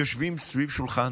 יושבים סביב שולחן